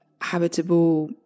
habitable